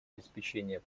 обеспечение